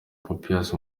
papias